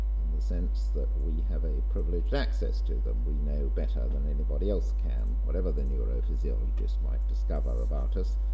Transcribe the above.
in the sense that we have a privileged access to them. we know better than anybody else can. whatever the neurophysiologist might discover about us,